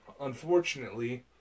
unfortunately